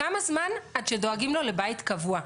כמה זמן עד שדואגים לו לבית קבוע,